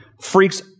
freaks